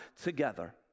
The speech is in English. together